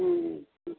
ம் ம்